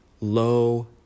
low